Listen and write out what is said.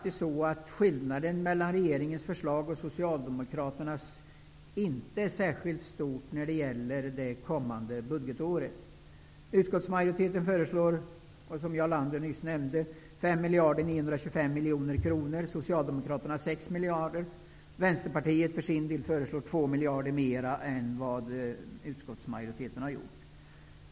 Skillnaden mellan regeringens förslag för kommande budgetår och Socialdemokraternas är faktiskt inte särskilt stor. Utskottsmajoriteten föreslår, som Jarl Lander nyss nämnde, 5 925 miljoner kronor och Socialdemokraterna 6 miljarder. Vänsterpartiet föreslår för sin del 2 miljarder mer än utskottsmajoriteten.